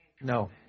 No